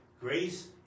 Grace